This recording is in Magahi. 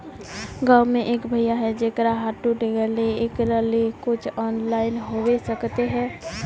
गाँव में एक भैया है जेकरा हाथ टूट गले एकरा ले कुछ ऑनलाइन होबे सकते है?